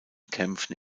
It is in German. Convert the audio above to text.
kämpfen